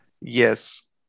yes